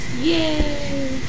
Yay